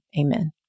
Amen